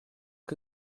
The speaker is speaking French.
que